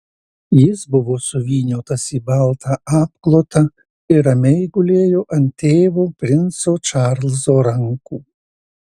jis buvo suvyniotas į baltą apklotą ir ramiai gulėjo ant tėvo princo čarlzo rankų